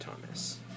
Thomas